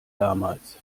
damals